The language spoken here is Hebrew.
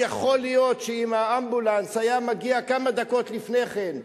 יכול להיות שאם האמבולנס היה מגיע כמה דקות לפני כן,